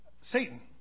Satan